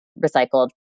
recycled